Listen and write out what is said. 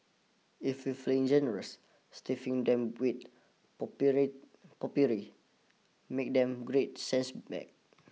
if you feeling generous stiffing them with potpourri potpourri makes them great scent bags